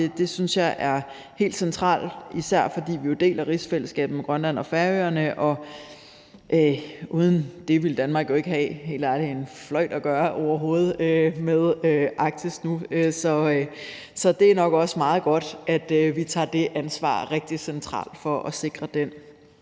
Det synes jeg er helt centralt, især fordi vi jo deler rigsfællesskab med Grønland og Færøerne, og uden det ville Danmark helt ærligt ikke have en fløjt at gøre overhovedet med Arktis nu. Så det er nok også meget godt, at vi sætter det ansvar rigtig centralt for at sikre den